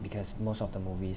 because most of the movies